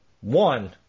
one